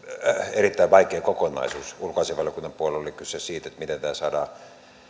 erittäin vaikea kokonaisuus ulkoasiainvaliokunnan puolella oli kyse siitä miten tämä saadaan